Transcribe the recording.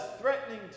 threatening